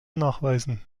nachweisen